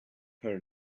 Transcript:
her